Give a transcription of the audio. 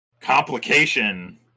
Complication